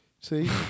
See